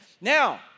Now